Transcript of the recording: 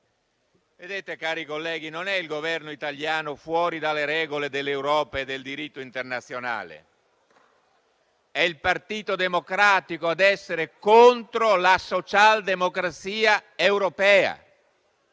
non è il Governo italiano ad essere fuori dalle regole dell'Europa e del diritto internazionale; è il Partito Democratico ad essere contro la socialdemocrazia europea;